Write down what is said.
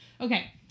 okay